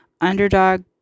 underdog